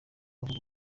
avuga